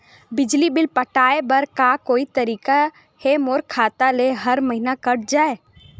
बिजली बिल पटाय बर का कोई तरीका हे मोर खाता ले हर महीना कट जाय?